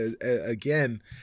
again